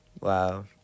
wow